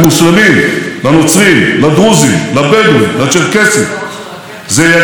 זה יגיע עד ל-15 מיליארד שקלים.